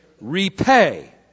repay